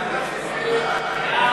הנושא